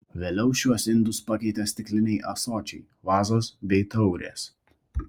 vėliau šiuos indus pakeitė stikliniai ąsočiai vazos bei taurės